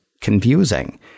confusing